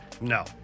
No